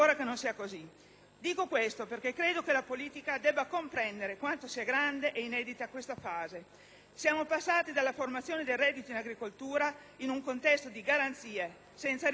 Dico questo perché credo che la politica debba comprendere quanto sia grande e inedita tale fase. Siamo passati dalla formazione del reddito in agricoltura in un contesto di garanzie senza rischio di impresa